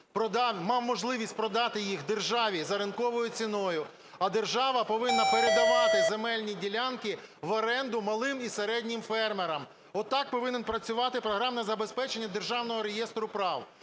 мав можливість продати їх державі за ринковою ціною, а держава повинна передавати земельні ділянки в оренду малим і середнім фермерам. Отак повинне працювати програмне забезпечення Державного реєстру прав.